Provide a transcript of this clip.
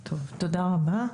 טוב, תודה רבה.